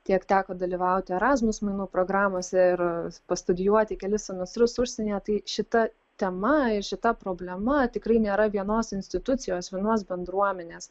tiek teko dalyvauti erasmus mainų programose ir pastudijuoti kelis semestrus užsienyje tai šita tema ir šita problema tikrai nėra vienos institucijos vienos bendruomenės